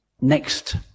next